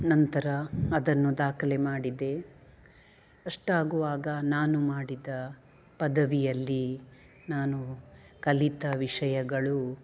ನಂತರ ಅದನ್ನು ದಾಖಲೆ ಮಾಡಿದೆ ಅಷ್ಟಾಗುವಾಗ ನಾನು ಮಾಡಿದ ಪದವಿಯಲ್ಲಿ ನಾನು ಕಲಿತ ವಿಷಯಗಳು